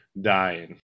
dying